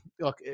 look